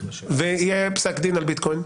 ויהיה פסק דין על ביטקוין,